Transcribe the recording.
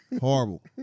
Horrible